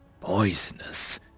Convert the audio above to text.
poisonous